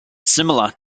similar